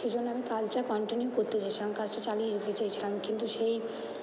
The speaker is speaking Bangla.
সেই জন্য আমি কাজটা কন্টিনিউ করতে চেয়েছিলাম কাজটা চালিয়ে যেতে চেয়েছিলাম কিন্তু সেই